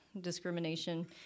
discrimination